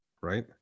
right